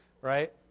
right